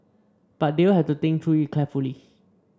but they will have to think through it carefully